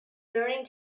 learning